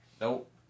nope